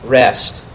rest